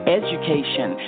education